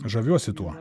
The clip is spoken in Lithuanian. žaviuosi tuo